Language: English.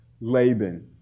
Laban